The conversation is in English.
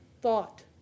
thought